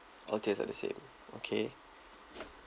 all tiers are the same okay